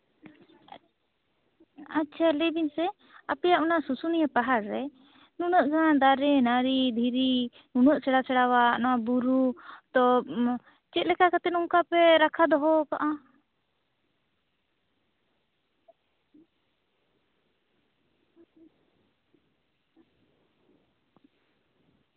ᱟᱪᱪᱷᱟ ᱞᱟᱹᱭ ᱵᱤᱱ ᱥᱮ ᱟᱯᱮᱭᱟᱜ ᱚᱱᱟ ᱥᱩᱥᱩᱱᱤᱭᱟᱹ ᱯᱟᱦᱟᱲ ᱨᱮ ᱱᱩᱱᱟᱹᱜ ᱜᱟᱱ ᱫᱟᱨᱮ ᱱᱟᱲᱤ ᱫᱷᱤᱨᱤ ᱱᱩᱱᱟᱹᱜ ᱪᱮᱨᱦᱟᱼᱪᱮᱨᱦᱟᱣᱟᱜ ᱱᱚᱶᱟ ᱵᱩᱨᱩ ᱛᱚ ᱪᱮᱫᱞᱮᱠᱟ ᱠᱟᱛᱮᱫ ᱱᱚᱝᱠᱟ ᱯᱮ ᱨᱟᱠᱷᱟ ᱫᱚᱦᱚᱣᱟᱠᱟᱫᱼᱟ